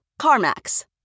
CarMax